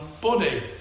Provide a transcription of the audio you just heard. body